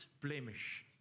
blemish